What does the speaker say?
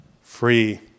free